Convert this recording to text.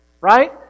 right